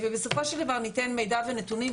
בסופו של דבר ניתן מידע ונתונים,